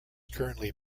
currently